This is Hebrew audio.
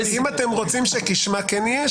אם אתם רוצים שכשמה כן היא,